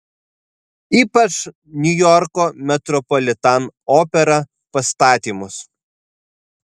ypač niujorko metropolitan opera pastatymus